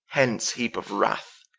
hence heape of wrath,